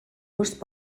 gust